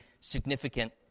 significant